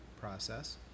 process